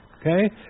Okay